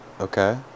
okay